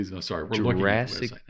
Jurassic